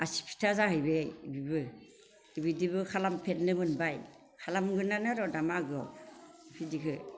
आसि फिथा जाहैबाय बेबो बेबायदिबो खालामफेरनो मोनबाय खालामगोनानो आरो दा मागोआव बिदिखौ